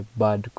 bad